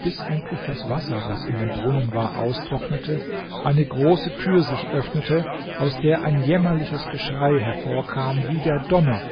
bis endlich das wasser das in dem brunnen war austrocknete eine große tür sich öffnete aus der ein jämmerliches geschrei hervorkam wie der donner